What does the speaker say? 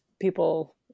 people